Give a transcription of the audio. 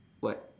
what